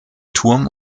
turm